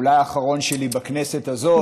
אולי האחרון שלי בכנסת הזאת.